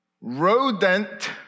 Rodent